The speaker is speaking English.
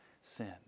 sin